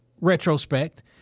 retrospect